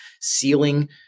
ceiling